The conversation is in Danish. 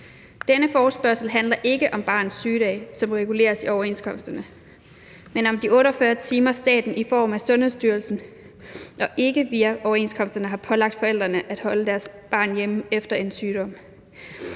Denne forespørgsel handler ikke om barnets sygedage, som reguleres i overenskomsterne, men om de 48 timer, som staten via Sundhedsstyrelsen og ikke via overenskomsterne har pålagt forældrene at holde deres barn hjemme efter sygdom.